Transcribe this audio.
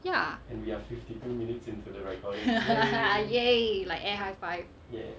ya ha ha ha !yay! like air high five